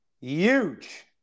huge